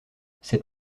cette